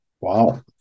Wow